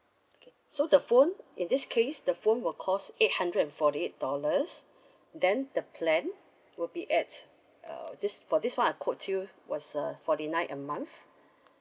okay so the phone in this case the phone will cost eight hundred and forty eight dollars then the plan will be at uh this for this one I quote you was uh forty nine a month